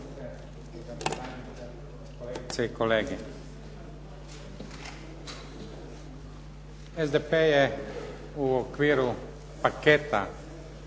SDP je u okviru paketa